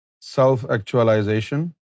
self-actualization